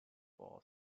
for